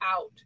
out